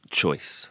choice